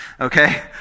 Okay